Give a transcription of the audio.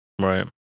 Right